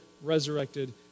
resurrected